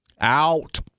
out